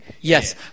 Yes